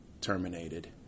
terminated